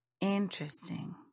Interesting